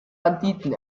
banditen